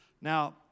Now